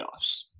playoffs